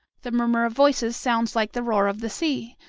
the murmur of voices sounds like the roar of the sea,